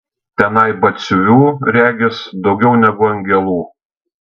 tenai batsiuvių regis daugiau negu angelų